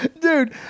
Dude